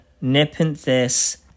Nepenthes